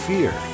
Fear